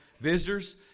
visitors